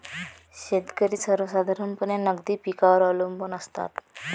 शेतकरी सर्वसाधारणपणे नगदी पिकांवर अवलंबून असतात